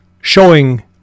Showing